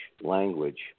language